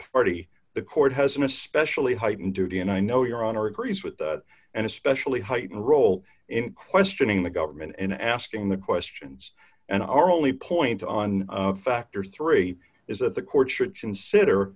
party the court has an especially heightened duty and i know your honor agrees with and especially heightened role in questioning the government in asking the questions and our only point on factor three is that the court should consider